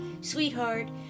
sweetheart